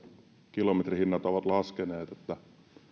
kilometrihinnat ovat laskeneet ja että